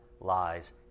lies